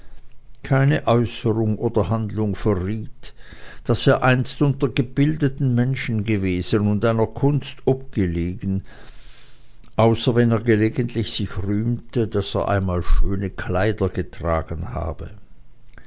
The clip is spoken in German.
keine äußerung oder handlung verriet daß er einst unter gebildeten menschen gewesen und einer kunst obgelegen außer wenn er gelegentlich sich rühmte daß er einmal schöne kleider getragen habe